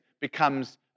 becomes